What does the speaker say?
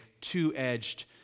two-edged